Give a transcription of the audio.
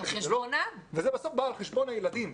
זה בסוף בא על חשבון הילדים.